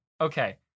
okay